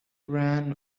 ran